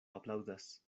aplaŭdas